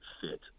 fit